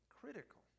critical